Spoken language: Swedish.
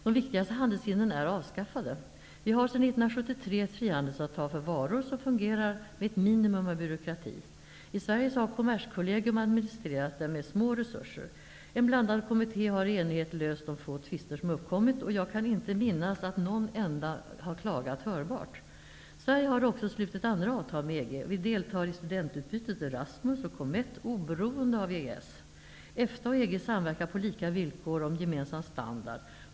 De viktigaste handelshindren är avskaffade. Vi har sedan 1973 ett frihandelsavtal för varor som fungerar med ett minimum av byråkrati. I Sverige har Kommerskollegium administrerat det med små resurser. En blandad kommitté har i enighet löst de få tvister som uppkommit, och jag kan inte minnas att någon enda klagat hörbart. Sverige har också slutit andra avtal med EG. Vi deltar i studentutbytet Erasmus och Comett oberoende av EES. EFTA och EG samverkar på lika villkor om gemensam standard.